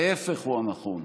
ההפך הוא הנכון.